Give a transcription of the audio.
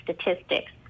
statistics